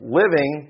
living